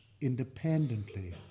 independently